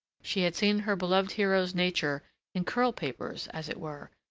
she had seen her beloved hero's nature in curl-papers, as it were,